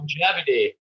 longevity